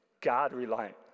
God-reliant